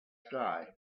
sky